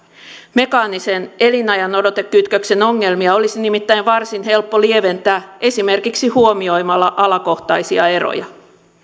mekaanisen elinajanodotekytköksen ongelmia olisi nimittäin varsin helppo lieventää esimerkiksi huomioimalla alakohtaisia eroja